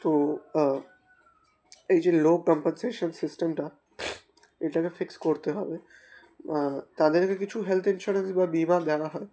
তো এই যে লো কম্পেনসেশন সিস্টেমটা এটাকে ফিক্স করতে হবে তাদেরকে কিছু হেলথ ইন্স্যুরেন্স বা বিমা দেওয়া হয়